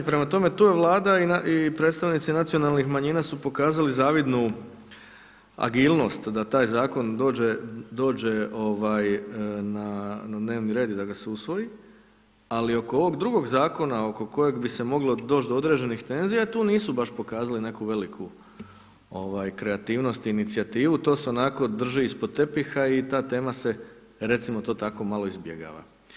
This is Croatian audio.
Prema tome, tu je Vlada i predstavnici nacionalnih manjina su pokazali zavidnu agilnost da taj Zakon dođe, dođe ovaj, na dnevni red i da ga se usvoji, ali oko ovog drugog zakona oko kojeg bi se moglo doć do određenih tenzija tu nisu baš pokazali neku veliku ovaj kreativnost, inicijativu, to se onako drži ispod tepiha i ta tema se, recimo to tako, malo izbjegava.